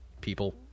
people